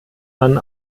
man